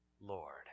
Lord